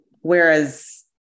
whereas